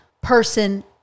person